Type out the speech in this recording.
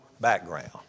background